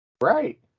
Right